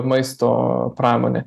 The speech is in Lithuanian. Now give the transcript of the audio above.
maisto pramonę